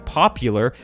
popular